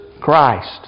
Christ